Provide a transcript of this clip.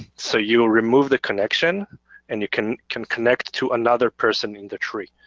so you remove the connection and you can can connect to another person in the tree.